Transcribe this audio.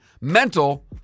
mental